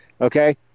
Okay